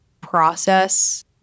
process